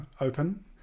open